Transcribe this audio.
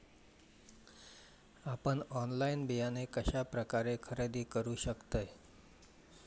आपन ऑनलाइन बियाणे कश्या प्रकारे खरेदी करू शकतय?